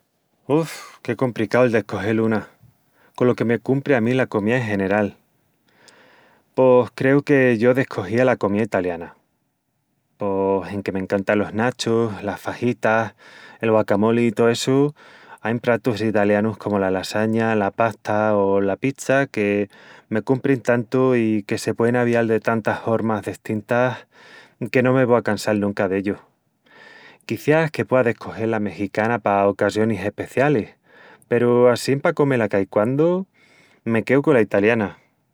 Uf... qué compricau el descogel una... colo que me cumpri a mí la comía en general... pos creu que yo descogía la comía italiana, pos enque m'encantan los nachus, las fajitas, el guacamoli i tó essu, ain pratus italianus comu la lasaña, la pasta o la pizza que me cumprin tantu i que se puein avial de tantas hormas destintas, que no me vó a cansal nunca d'ellus... Quiciás que puea descogel la mexicana pa ocasionis especialis, peru assín pa comel a caiquandu me queu cola italiana.